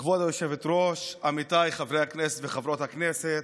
כבוד היושבת-ראש, עמיתי חברי הכנסת וחברות הכנסת,